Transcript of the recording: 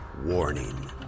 Warning